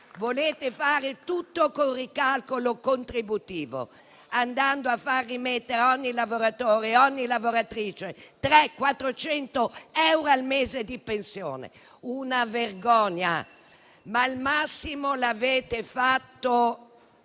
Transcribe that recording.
volete fare tutto con ricalcolo contributivo, andando a far rimettere a ogni lavoratore e a ogni lavoratrice 300-400 euro al mese di pensione. È una vergogna, ma il massimo lo avete fatto